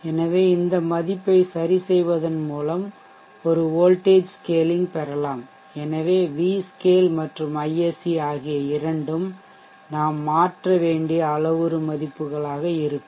எனவே இந்த மதிப்பை சரிசெய்வதன் மூலம் ஒரு வோல்ட்டேஜ் ஸ்கேலிங் பெறலாம் எனவே v scale மற்றும் ISC ஆகிய இரண்டும் நாம் மாற்ற வேண்டிய அளவுரு மதிப்புகளாக இருக்கும்